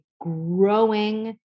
growing